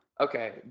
Okay